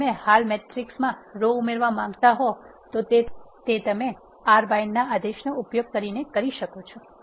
જો તમે હાલના મેટ્રિક્સમાં રો ઉમેરવા માંગો છો તો તમે R bind આદેશનો ઉપયોગ કરીને કરી શકો છો